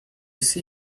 see